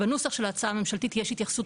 בנוסח של ההצעה הממשלתית יש התייחסות